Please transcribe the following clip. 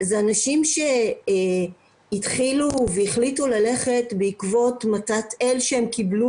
אלו אנשים שהחליטו ללכת בעקבות מתת אל שהם קיבלו,